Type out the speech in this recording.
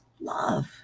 love